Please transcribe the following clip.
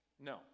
No